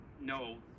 no